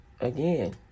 again